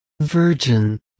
Virgin